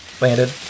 landed